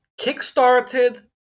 kickstarted